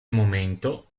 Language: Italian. momento